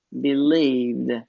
believed